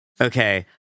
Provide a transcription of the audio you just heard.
okay